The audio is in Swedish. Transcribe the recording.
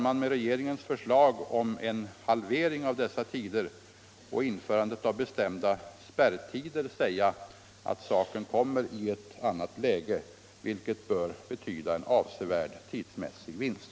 Med regeringens förslag om en halvering av dessa tider och införande av bestämda spärrtider kan man, herr talman, säga att saken kommer i ett annat läge, vilket bör betyda en avsevärd tidsmässig vinst.